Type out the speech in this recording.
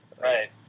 Right